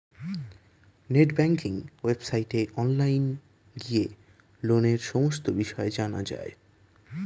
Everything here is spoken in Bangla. নেট ব্যাঙ্কিং ওয়েবসাইটে অনলাইন গিয়ে লোনের সমস্ত বিষয় জানা যায়